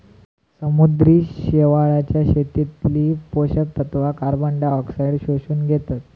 समुद्री शेवाळाच्या शेतीतली पोषक तत्वा कार्बनडायऑक्साईडाक शोषून घेतत